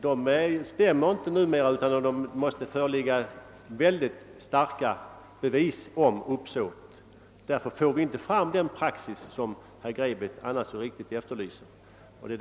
De stämmer inte numera utan att det föreligger mycket starka bevis om uppsåt. Därför får vi inte fram den praxis som herr Grebäck annars så riktigt efterlyser.